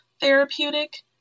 therapeutic